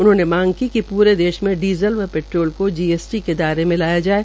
उन्होंने मांग की कि पूरे देश में डीज़ल व पेट्रोल को जीएसटी के दायरे में लाया जाये